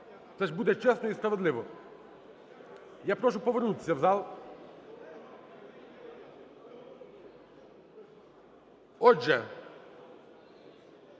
Це ж буде чесно і справедливо. Я прошу повернутися в зал. Отже,